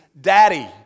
daddy